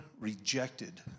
rejected